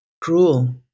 cruel